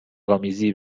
آمیزی